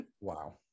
wow